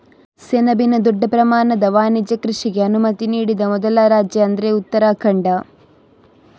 ಸೆಣಬಿನ ದೊಡ್ಡ ಪ್ರಮಾಣದ ವಾಣಿಜ್ಯ ಕೃಷಿಗೆ ಅನುಮತಿ ನೀಡಿದ ಮೊದಲ ರಾಜ್ಯ ಅಂದ್ರೆ ಉತ್ತರಾಖಂಡ